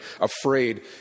afraid